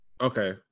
Okay